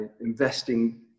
investing